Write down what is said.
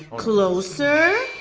closer.